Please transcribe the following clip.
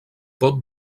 pot